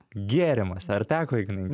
gėrimas ar teko ignai